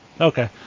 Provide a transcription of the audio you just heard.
Okay